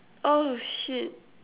oh shit